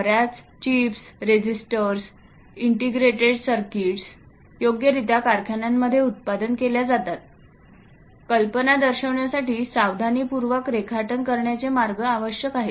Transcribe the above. बर्याच chips resistors integrated circuits chips resistors integrated circuitsयोग्यरीत्या कारखान्यांमध्ये उत्पादन केल्या जातात कल्पना दर्शवण्यासाठी सावधानीपूर्वक रेखाटन करण्याचे मार्ग आवश्यक आहेत